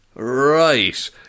Right